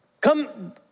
Come